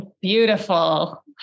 beautiful